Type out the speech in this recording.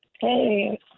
Hey